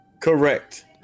Correct